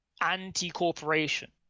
anti-corporation